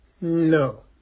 No